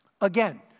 Again